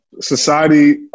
society